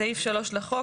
סעיף 3 לחוק,